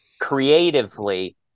creatively